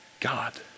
God